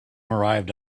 arrived